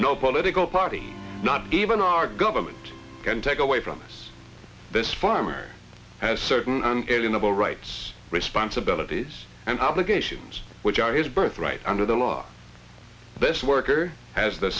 no political party not even our government can take away from us this farmer has certain unalienable rights responsibilities and obligations which are his birthright under the law this worker has the